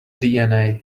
dna